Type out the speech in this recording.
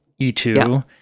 E2